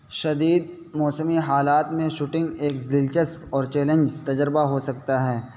شدید موسمی حالات میں شوٹنگ ایک دلچسپ اور چیلنجز تجربہ ہو سکتا ہے